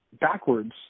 backwards